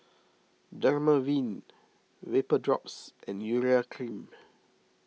Dermaveen Vapodrops and Urea Cream